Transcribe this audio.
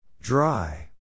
Dry